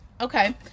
okay